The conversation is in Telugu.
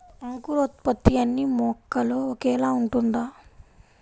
అంకురోత్పత్తి అన్నీ మొక్కలో ఒకేలా ఉంటుందా?